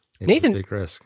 Nathan